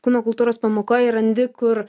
kūno kultūros pamokoj randi kur